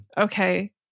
Okay